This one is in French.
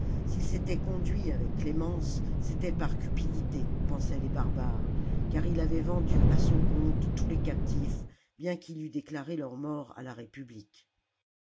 s'il s'était conduit avec clémence c'était par cupidité pensaient les barbares car il avait vendu à son compte tous les captifs bien qu'il eût déclaré leur mort à la république